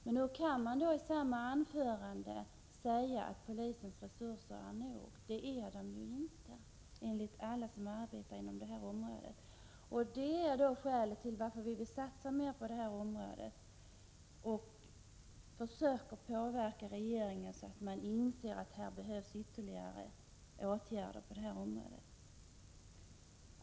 Men hur kan man då i samma anförande säga att polisens resurser är tillräckliga? Det är de ju inte, enligt alla som arbetar inom detta område. Det är skälet till att vi från centerns sida vill satsa mera på åtgärder mot narkotikamissbruket och försöker påverka regeringen att inse att ytterligare åtgärder behövs.